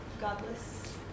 Godless